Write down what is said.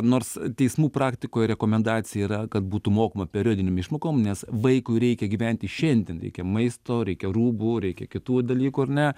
nors teismų praktikoje rekomendacija yra kad būtų mokama periodinėm išmokom nes vaikui reikia gyventi šiandien reikia maisto reikia rūbų reikia kitų dalykų ar ne